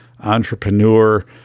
entrepreneur